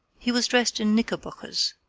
he was dressed in knickerbockers,